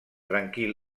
tranquil